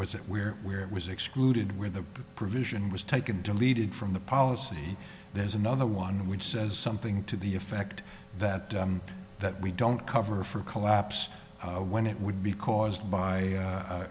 that we're where it was excluded where the provision was taken deleted from the policy there's another one which is as something to the effect that that we don't cover for collapse when it would be caused by